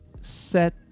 set